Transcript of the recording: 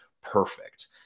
perfect